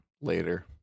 later